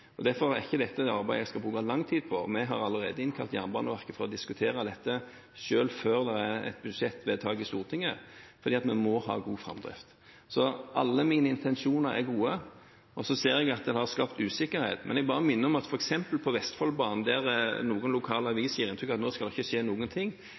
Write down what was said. Derfor er ikke dette et arbeid jeg skal bruke lang tid på. Vi har allerede innkalt Jernbaneverket for å diskutere dette – selv før et budsjettvedtak i Stortinget – fordi vi må ha god framdrift. Så alle mine intensjoner er gode. Jeg ser at det har skapt usikkerhet. Jeg vil bare minne om at f.eks. på Vestfoldbanen, der noen lokalaviser gir inntrykk av at det nå ikke skal skje noen ting,